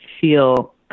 feel